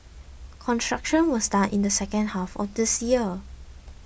construction will start in the second half of this year